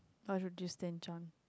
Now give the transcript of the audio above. what should be stint on